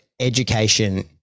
education